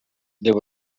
there